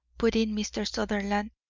put in mr. sutherland,